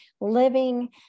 living